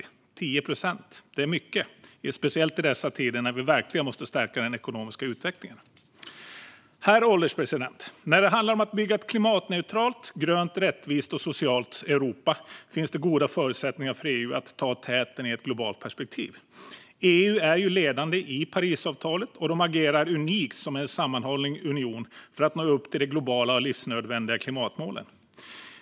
Nästan 10 procent är mycket, särskilt i dessa tider då vi verkligen måste stärka den ekonomiska utvecklingen. Herr ålderspresident! När det handlar om att bygga ett klimatneutralt, grönt, rättvist och socialt Europa finns det goda förutsättningar för EU att ta täten i ett globalt perspektiv. EU är ju ledande i Parisavtalet och agerar unikt som en sammanhållen union för att nå upp till de globala och livsnödvändiga klimatmålen.